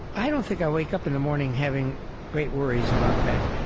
i don't think i wake up in the morning having great worries about that.